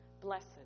Blessed